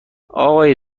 اقای